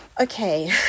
okay